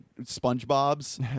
Spongebob's